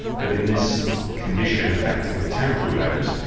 but in this condition affecting the temporal lobes,